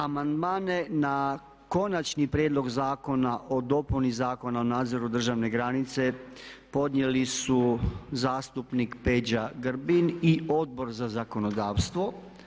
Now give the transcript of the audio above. Amandmane na konačni prijedlog zakona o dopuni Zakona o nadzoru državne granice podnijeli su zastupnik Peđa Grbin i Odbor za zakonodavstvo.